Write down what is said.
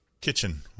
kitchen